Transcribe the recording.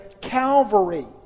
Calvary